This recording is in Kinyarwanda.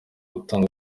gutanga